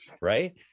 right